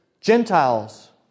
Gentiles